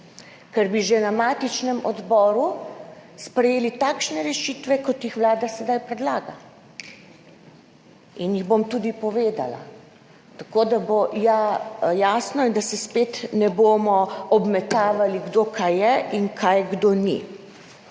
ker bi že na matičnem odboru sprejeli takšne rešitve, kot jih vlada sedaj predlaga in jih bom tudi povedala, tako da bo jasno in da se spet ne bomo obmetavali, kdo kaj je in kaj kdo ni.